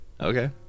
Okay